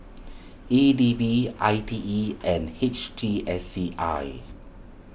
E D B I T E and H T S C I